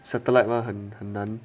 satellite mah 很很难